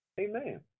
Amen